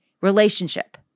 relationship